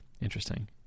Interesting